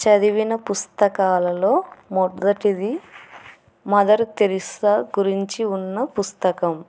చదివిన పుస్తకాలలో మొద్దటిది మదర్ థేరీసా గురించి ఉన్న పుస్తకం